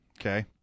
Okay